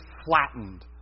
flattened